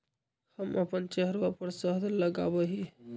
हम अपन चेहरवा पर शहद लगावा ही